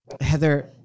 heather